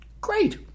Great